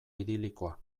idilikoa